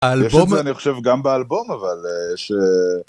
האלבום, יש את זה אני חושב גם באלבום אבל, ש...